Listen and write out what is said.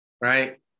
Right